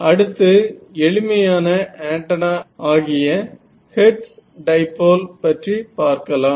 அடுத்து எளிமையான ஆண்டனா ஆகிய ஹெர்ட்ஸ் டைபோல் பற்றி பார்க்கலாம்